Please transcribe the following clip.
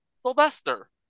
Sylvester